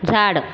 झाड